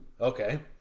okay